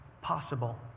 possible